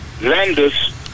Landers